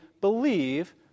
believe